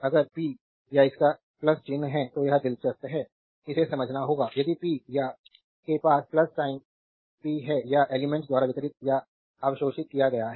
अगर p या इसका चिन्ह है तो यह दिलचस्प है इसे समझना होगा यदि p या के पास साइन p है या एलिमेंट्स द्वारा वितरित या अवशोषित किया गया है